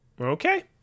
okay